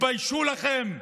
תתביישו לכם.